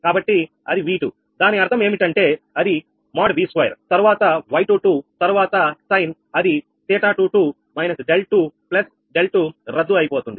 కాబట్టి అది 𝑉2 దాని అర్థం ఏమిటంటే అది |𝑉2| తర్వాత 𝑌22 తరువాత సైన్ అది 𝜃22−𝛿2𝛿2 రద్దు అయిపోతుంది